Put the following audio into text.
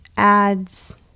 ads